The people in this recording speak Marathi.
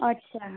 अच्छा